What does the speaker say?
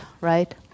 right